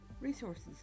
Resources